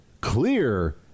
clear